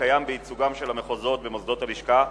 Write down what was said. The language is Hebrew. הקיים בייצוגם של המחוזות במוסדות הלשכה,